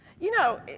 you know,